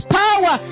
power